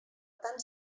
tan